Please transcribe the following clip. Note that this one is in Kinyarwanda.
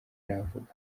aravuga